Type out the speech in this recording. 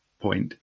point